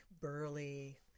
burly